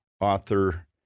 author